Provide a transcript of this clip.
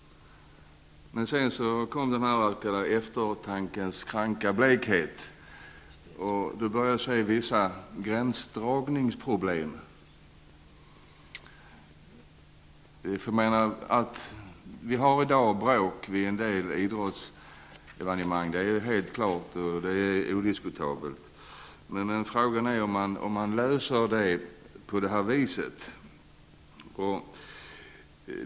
Sedan kom eftertankens kranka blekhet och jag började se vissa gränsdragningsproblem. Det är odiskutabelt att det i dag förekommer bråk vid en del idrottsevenemang, men frågan är om man löser problemet på det här viset.